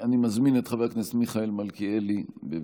אני מזמין את חבר הכנסת מיכאל מלכיאלי, בבקשה.